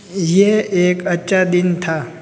यह एक अच्छा दिन था